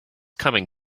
coming